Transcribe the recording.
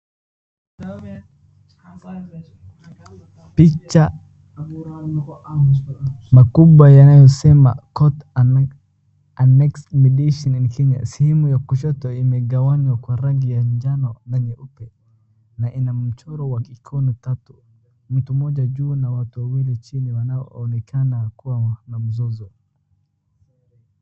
Picha makubwa yanayosema court annexed mediation in Kenya sehemu ya kushoto imegawanya kwa rangi ya njano na nyeupe, na ina mchoro wa mikono tatu, mtu mmoja juu na wawili chini na inaonekana kuwa na mzozo.